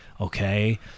okay